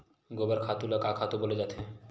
गोबर खातु ल का खातु बोले जाथे?